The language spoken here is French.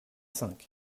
cinq